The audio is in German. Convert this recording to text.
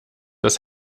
das